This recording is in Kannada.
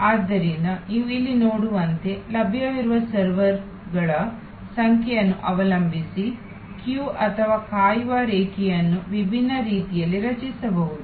ಆದ್ದರಿಂದ ನೀವು ಇಲ್ಲಿ ನೋಡುವಂತೆ ಲಭ್ಯವಿರುವ ಸರ್ವರ್ಗಳ ಸಂಖ್ಯೆಯನ್ನು ಅವಲಂಬಿಸಿ ಸರದಿ ಅಥವಾ ಕಾಯುವ ರೇಖೆಯನ್ನು ವಿಭಿನ್ನ ರೀತಿಯಲ್ಲಿ ರಚಿಸಬಹುದು